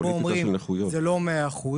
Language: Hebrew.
ופה אומרים: "זה לא 100%"?